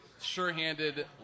sure-handed